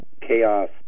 chaos